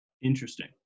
Interesting